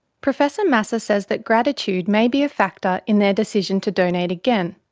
professor masser says that gratitude may be a factor in their decision to donate again,